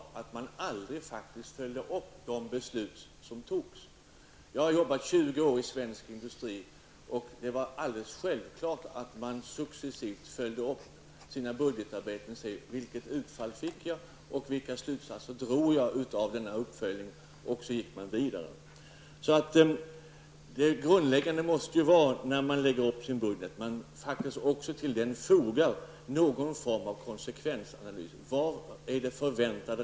Herr talman! När jag började i riksdagen var just detta med att man aldrig följer upp fattade beslut en av mina mera chockerande upplevelser. Jag har jobbat 20 år inom svensk industri. Då var det en självklarhet att successivt följa upp utfört arbete för att se vilket utfallet av det utförda arbetet blev och för att ta fasta på slutsatserna beträffande den uppföljning som gjorts. När en budget fastställs är det ett grundläggande krav att det till budgeten fogas någon form av konsekvensanalys. Vilket resultat förväntas?